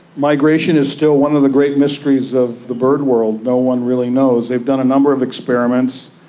migration is still one of the great mysteries of the bird world, no one really knows. they've done a number of experiments,